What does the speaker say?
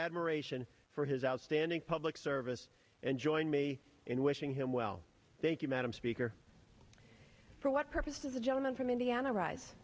admiration for his outstanding public service and join me in wishing him well thank you madam speaker for what purpose does the gentleman from indiana arise